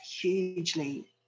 hugely